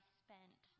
spent